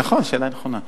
נכון, שאלה נכונה.